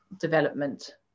development